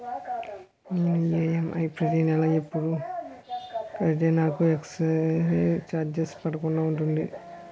నేను ఈ.ఎం.ఐ ప్రతి నెల ఎపుడు కడితే నాకు ఎక్స్ స్త్ర చార్జెస్ పడకుండా ఉంటుంది?